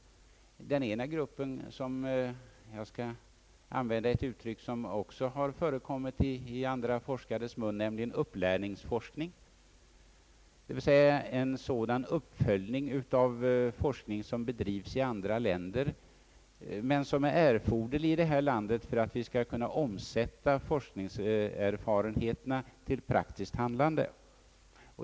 Beträffande den ena gruppen vill jag använda ett uttryck som också har förekommit i andra forskares mun, nämligen upplärningsforskning, d. v. s. en uppföljning av sådan forskning som bedrivs i andra länder men som är erforderlig i detta land för att vi skall kunna omsätta forskningserfarenheterna i praktiskt handlande.